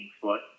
foot